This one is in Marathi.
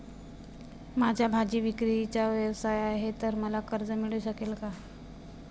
माझा भाजीविक्रीचा व्यवसाय आहे तर मला कर्ज मिळू शकेल का?